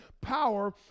Power